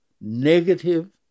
negative